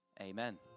amen